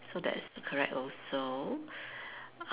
so that's correct also